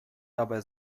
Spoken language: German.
dabei